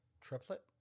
Triplet